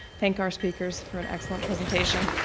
thank our speakers for an excellent presentation.